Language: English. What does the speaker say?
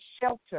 shelter